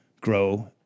grow